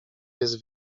jest